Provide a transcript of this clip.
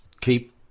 keep